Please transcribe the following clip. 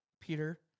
Peter